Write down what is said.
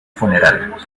funeral